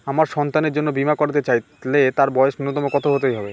আমার সন্তানের জন্য বীমা করাতে চাইলে তার বয়স ন্যুনতম কত হতেই হবে?